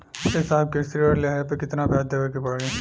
ए साहब कृषि ऋण लेहले पर कितना ब्याज देवे पणी?